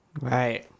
Right